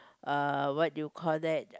err what do you call that